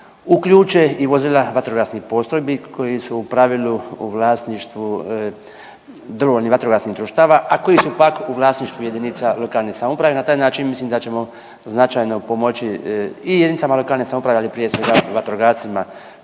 uključe i vozila vatrogasnih postrojbi koji su u pravilu u vlasništvu dobrovoljnih vatrogasnih društava, a koji su pak u vlasništvu jedinice lokalne samouprave. Na taj način mislim da ćemo značajno pomoći i jedinicama lokalne samouprave, ali prije svega vatrogascima